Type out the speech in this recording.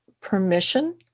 permission